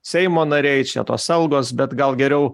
seimo nariai čia tos algos bet gal geriau